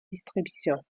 distribution